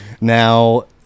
now